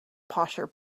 posher